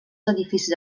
edificis